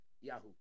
Yahoo